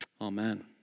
Amen